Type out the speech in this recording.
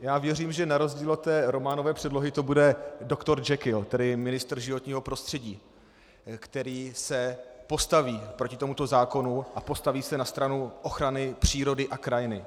Já věřím, že na rozdíl od té románové předlohy to bude Dr. Jekyll, který je ministr životního prostředí, který se postaví proti tomuto zákonu a postaví se na stranu ochrany přírody a krajiny.